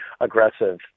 aggressive